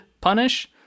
punish